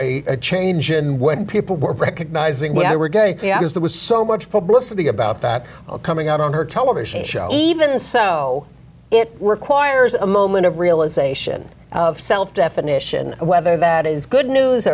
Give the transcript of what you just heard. a change and when people were recognized we're going there was so much publicity about that coming out on her television show even so it requires a moment of realization of self definition whether that is good news